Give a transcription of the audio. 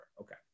okay